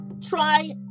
try